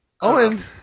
Owen